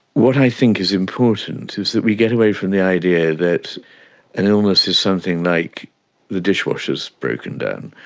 what i think is important is that we get away from the idea that an illness is something like the dishwasher has broken down.